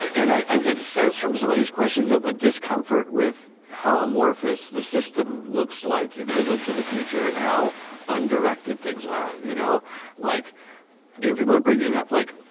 and i get a sense from some of these questions with a discomfort with how amorphous the system looks like if we look to the future and how undirected things are. you know like you know people are bringing up, like,